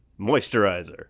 Moisturizer